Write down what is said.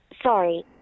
Sorry